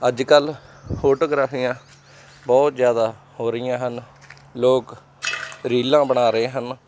ਅੱਜ ਕੱਲ੍ਹ ਫੋਟੋਗ੍ਰਾਫੀਆਂ ਬਹੁਤ ਜ਼ਿਆਦਾ ਹੋ ਰਹੀਆਂ ਹਨ ਲੋਕ ਰੀਲਾਂ ਬਣਾ ਰਹੇ ਹਨ